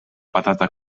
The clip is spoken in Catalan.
patata